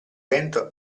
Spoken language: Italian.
vento